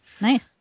Nice